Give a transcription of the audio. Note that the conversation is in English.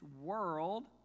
world